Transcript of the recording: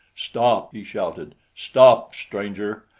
stop! he shouted. stop, stranger!